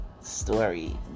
story